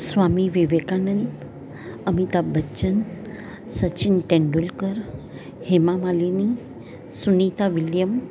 Swami Vivekananda Amitabh Bachchan Sachin Tendulkar Hema Malini Sunita William